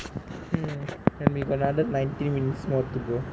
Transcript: hmm and we got another nineteen minutes more to go